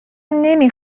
نمی